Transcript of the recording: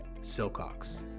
Silcox